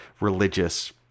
religious